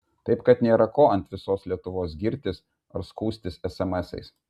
taip kad nėra ko ant visos lietuvos girtis ar skųstis esemesais